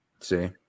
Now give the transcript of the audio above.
see